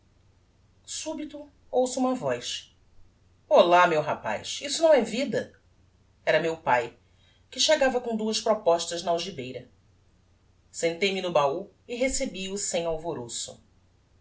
súbito ouço uma voz olá meu rapaz isto não é vida era meu pae que chegava com duas propostas na algibeira sentei-me no bahú e recebi o sem alvoroço